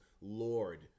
Lord